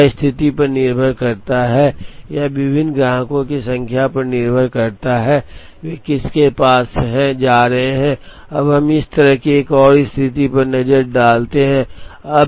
तो यह स्थिति पर निर्भर करता है यह विभिन्न ग्राहकों की संख्या पर निर्भर करता है कि वे किसके पास जा रहे हैं अब हम इस तरह की एक और स्थिति पर नजर डालते हैं